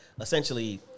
essentially